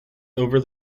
over